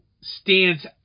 stands